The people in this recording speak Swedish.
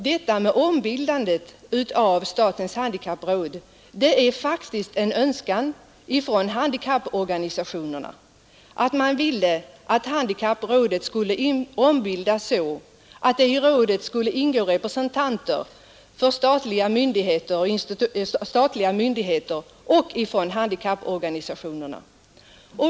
Det fanns faktiskt en önskan bland handikapporganisationerna att handikapprådet skulle ombildas så, att i rådet skulle ingå representanter för samhällets myndigheter och handikapprörelsen.